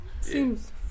Seems